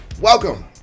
Welcome